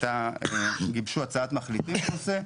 גיבשו הצעת מחליטים בנושא,